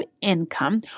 income